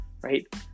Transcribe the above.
right